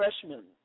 freshman